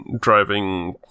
driving